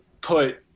put